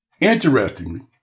Interestingly